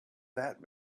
that